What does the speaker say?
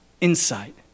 insight